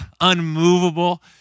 unmovable